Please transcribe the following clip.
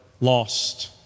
lost